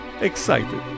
excited